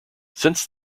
since